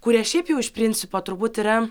kurie šiaip jau iš principo turbūt yra